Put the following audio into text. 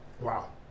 Wow